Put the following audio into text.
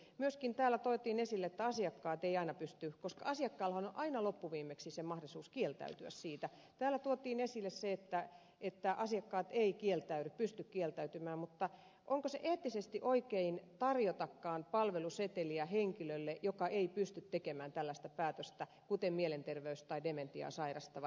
myöskin täällä otettiin esille että asiakkaat eivät aina pysty kieltäytymään koska asiakkaallahan on aina loppuviimeksi se mahdollisuus kieltäytyä siitä täällä tuotiin esille se että että asiakkaat ei kieltäydy pysty kieltäytymään mutta onko eettisesti oikein tarjotakaan palveluseteliä henkilölle joka ei pysty tekemään tällaista päätöstä kuten mielenterveydellistä vaivaa tai dementiaa sairastavat